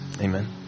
amen